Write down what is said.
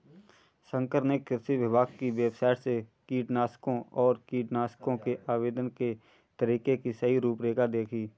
शंकर ने कृषि विभाग की वेबसाइट से कीटनाशकों और कीटनाशकों के आवेदन के तरीके की सही रूपरेखा देखी